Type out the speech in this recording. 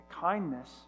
kindness